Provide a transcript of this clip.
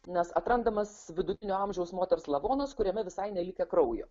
nes atrandamas vidutinio amžiaus moters lavonas kuriame visai nelikę kraujo